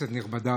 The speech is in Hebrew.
כנסת נכבדה,